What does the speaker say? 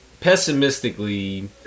Pessimistically